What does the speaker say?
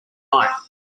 night